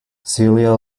celia